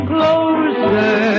Closer